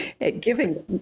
Giving